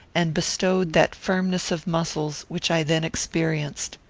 and bestowed that firmness of muscles, which i then experienced.